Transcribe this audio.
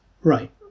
Right